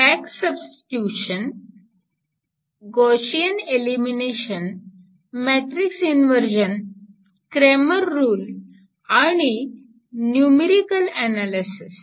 back substitution Gaussian elimination matrix inversion Cramer rule आणि numerical analysis